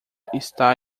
está